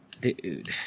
dude